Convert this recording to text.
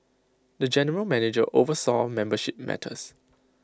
the general manager oversaw membership matters